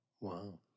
Wow